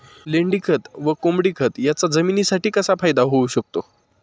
लेंडीखत व कोंबडीखत याचा जमिनीसाठी कसा फायदा होऊ शकतो?